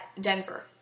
Denver